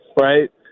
right